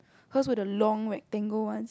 her's were the long rectangle ones